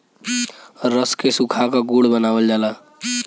रस के सुखा क गुड़ बनावल जाला